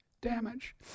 damage